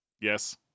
Yes